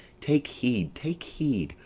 take heed, take heed,